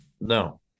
no